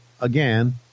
again